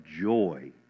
joy